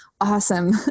awesome